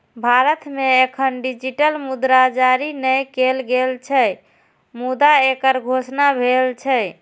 भारत मे एखन डिजिटल मुद्रा जारी नै कैल गेल छै, मुदा एकर घोषणा भेल छै